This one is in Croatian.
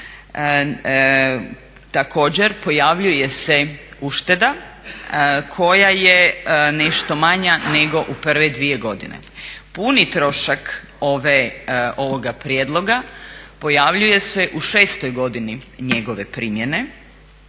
također pojavljuje se ušteda koja je nešto manja nego u prve dvije godine. Puni trošak ovoga prijedloga pojavljuje se u 6.-oj godini njegove primjene